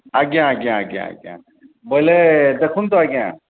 ଆଜ୍ଞା ଆଜ୍ଞା ଆଜ୍ଞା ଆଜ୍ଞା ବୋଇଲେ ଦେଖନ୍ତୁ ଆଜ୍ଞା